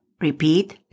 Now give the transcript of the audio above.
Repeat